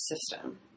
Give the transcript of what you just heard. system